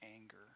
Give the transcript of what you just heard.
anger